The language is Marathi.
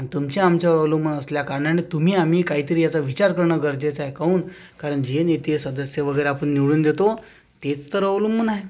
आणि तुमच्या आमच्यावर अवलंबून असल्या कारणाने तुम्ही आम्ही काहीतरी याचा विचार करण गरजेचं आहे काऊन कारण जे नेते सदस्य वगैरे आपण निवडून देतो तेच तर अवलंबून आहे